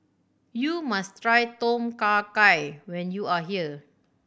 you must try Tom Kha Gai when you are here